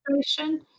situation